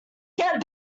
get